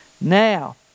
Now